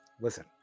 listen